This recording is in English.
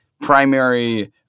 primary